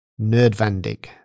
nerdvandig